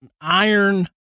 iron